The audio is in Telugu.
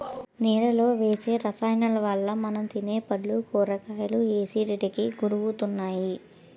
నేలలో వేసే రసాయనాలవల్ల మనం తినే పళ్ళు, కూరగాయలు ఎసిడిటీకి గురవుతున్నాయి